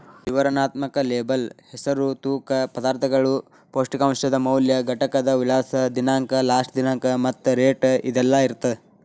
ವಿವರಣಾತ್ಮಕ ಲೇಬಲ್ ಹೆಸರು ತೂಕ ಪದಾರ್ಥಗಳು ಪೌಷ್ಟಿಕಾಂಶದ ಮೌಲ್ಯ ಘಟಕದ ವಿಳಾಸ ದಿನಾಂಕ ಲಾಸ್ಟ ದಿನಾಂಕ ಮತ್ತ ರೇಟ್ ಇದೆಲ್ಲಾ ಇರತ್ತ